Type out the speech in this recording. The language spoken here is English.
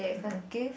okay